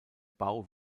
bau